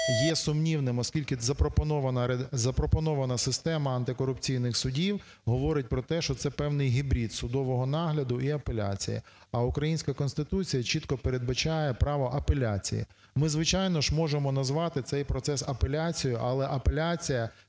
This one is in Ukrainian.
є сумнівним, оскільки запропонована система антикорупційних судів говорить про те, що це певний гібрид судового нагляду і апеляції. А українська Конституція чітко передбачає право апеляції. Ми, звичайно ж, можемо назвати цей процес апеляцією, але апеляція